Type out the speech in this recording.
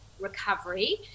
recovery